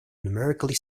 numerically